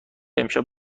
امشب